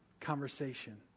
conversation